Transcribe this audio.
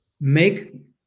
make